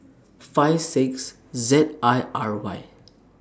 five six Z I R Y